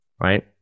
right